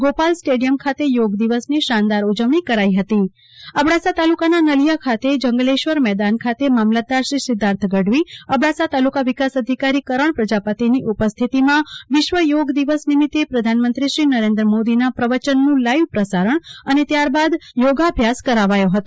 Gopal stadium ખાતે યોગ દિવસની અબડાસા તાલુકાના નલિયા ખાતે અબડાસા તાલુકાના નલિયા ખાતે જંગલેશ્વર મેદાન ખાતે મામલતદાર શ્રી સિધ્ધાર્થ ગઢવી અબડાસા તાલુકા વિકાસ અધિકારી કરણ પ્રજાપતિની ઉપસ્થિતિમાં વિશ્વ યોગ દિવસ નિમિતે પ્રધાનમંત્રી શ્રી નરેન્દ્ર મોદીના પ્રવચનનું લાઈવ પ્રસારણ અને ત્યારબાદ યોગાભ્યાસ કરાવાયો હતો